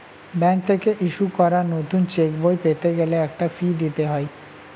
bank থেকে issue করা নতুন চেকবই পেতে গেলে একটা ফি দিতে হয়